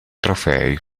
trofei